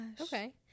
Okay